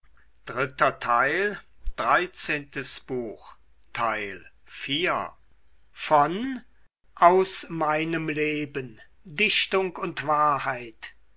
goethe aus meinem leben dichtung und wahrheit